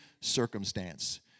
circumstance